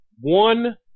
one